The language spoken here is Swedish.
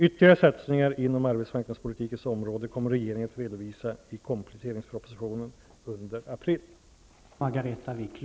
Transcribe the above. Ytterligare satsningar inom arbetsmarknadspolitikens område kommer regeringen att redovisa i kompletteringspropositionen under april.